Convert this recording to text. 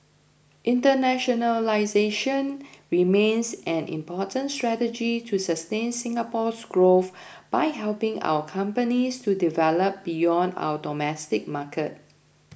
internationalisation remains an important strategy to sustain Singapore's growth by helping our companies to develop beyond our domestic market